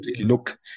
look